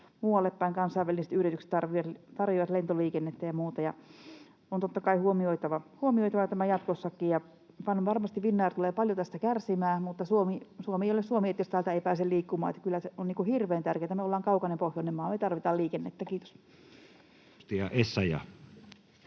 muualle päin — kansainväliset yritykset tarvitsevat lentoliikennettä ja muuta — ja on totta kai huomioitava tämä jatkossakin. Varmasti Finnair tulee paljon tästä kärsimään, mutta Suomi ei ole Suomi, jos täältä ei pääse liikkumaan, eli kyllä se on hirveän tärkeätä. Me ollaan kaukainen pohjoinen maa. Me tarvitaan liikennettä. — Kiitos.